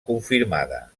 confirmada